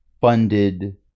funded